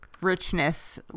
richness